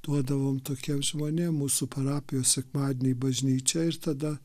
duodavom tokiem žmonėm mūsų parapijos sekmadienį į bažnyčią ir tada